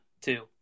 two